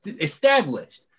established